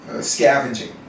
scavenging